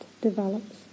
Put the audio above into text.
develops